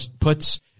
puts